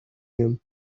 him